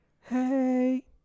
Hey